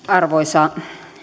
arvoisa